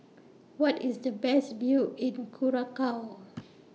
What IS The Best View in Curacao